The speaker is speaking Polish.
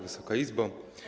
Wysoka Izbo!